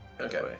Okay